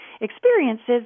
experiences